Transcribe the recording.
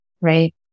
right